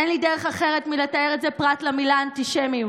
אין לי דרך אחרת לתאר את זה פרט למילה "אנטישמיות".